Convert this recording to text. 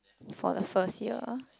for the first year